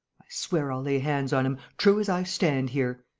i swear i'll lay hands on him, true as i stand here!